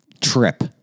trip